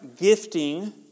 gifting